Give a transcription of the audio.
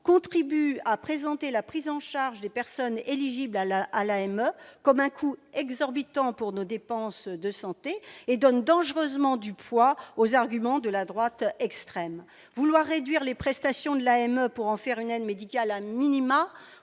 contribue à présenter la prise en charge des personnes éligibles à la à la comme un coût exorbitant pour nos dépenses de santé et donne dangereusement du poids aux arguments de la droite extrême, vouloir réduire les prestations de l'AME pour en faire une aide médicale à minima